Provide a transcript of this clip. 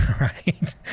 right